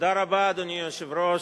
תודה רבה, אדוני היושב-ראש.